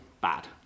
bad